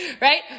Right